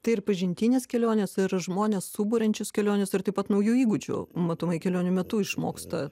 tai ir pažintinės kelionės ir žmones suburiančios kelionės ir taip pat naujų įgūdžių matomai kelionių metu išmoksta